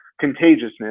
contagiousness